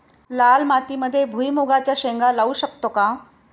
लाल मातीमध्ये भुईमुगाच्या शेंगा लावू शकतो का?